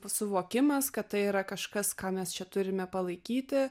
suvokimas kad tai yra kažkas ką mes čia turime palaikyti